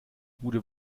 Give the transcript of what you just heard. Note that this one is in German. bude